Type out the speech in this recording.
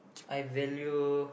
I value